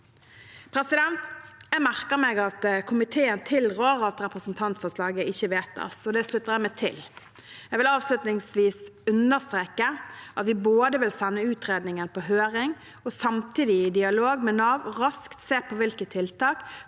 med Nav. Jeg merker meg at komiteen tilrår at representantforslaget ikke vedtas, og det slutter jeg meg til. Jeg vil avslutningsvis understreke at vi både vil sende utredningen på høring og samtidig, i dialog med Nav, raskt vil se på hvilke tiltak